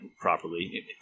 properly